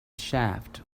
shaft